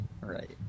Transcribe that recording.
right